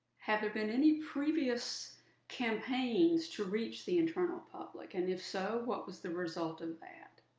have there been any previous campaigns to reach the internal public, and if so, what was the result of that?